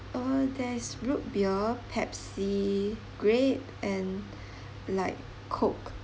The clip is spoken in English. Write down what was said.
uh there's root beer Pepsi grape and like coke